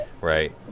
Right